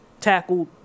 Tackled